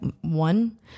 one